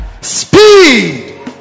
speed